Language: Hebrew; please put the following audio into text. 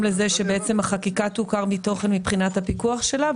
לזה שבעצם החקיקה תעוקר מתוכן מבחינת הפיקוח שלה,